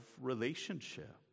relationship